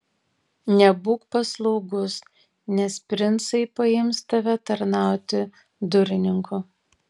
nebūk paslaugus nes princai paims tave tarnauti durininku